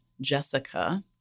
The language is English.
Jessica